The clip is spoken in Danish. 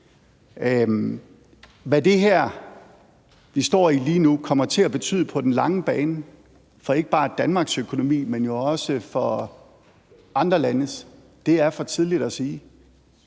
Hvad det her, vi står i lige nu, kommer til at betyde på den lange bane for ikke bare Danmarks økonomi, men jo også for andre landes, er for tidligt at sige,